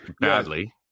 badly